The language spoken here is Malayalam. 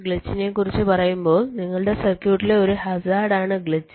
ഗ്ലിച്ചിനെക്കുറിച്ച് പറയുമ്പോൾ നിങ്ങളുടെ സർക്യൂട്ടിലെ ഒരു ഹസാഡ് ആണ് ഗ്ലിച്ച്